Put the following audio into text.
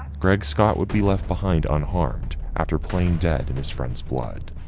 greg scott would be left behind unharmed after playing dead in his friends blood.